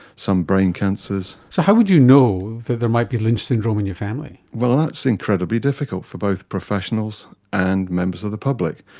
some brain cancers. so how would you know that there might be lynch syndrome in your family? well that's incredibly difficult for both professionals and members of the public.